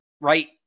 Right